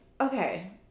Okay